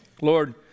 Lord